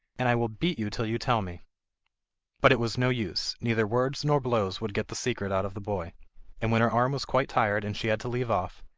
and i will beat you till you tell me but it was no use, neither words nor blows would get the secret out of the boy and when her arm was quite tired and she had to leave off,